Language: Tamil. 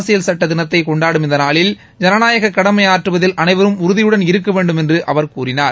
அரசியல் சட்ட தினத்தை கொண்டாடும் இந்த நாளில் ஜனநாயக கடமை ஆற்றுவதில் அனைவரும் உறுதியுடன் இருக்க வேண்டும் என்று அவர் கூறினார்